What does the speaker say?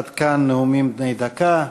עד כאן נאומים בני דקה.